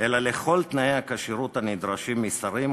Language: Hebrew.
אלא לכל תנאי הכשירות הנדרשים משרים,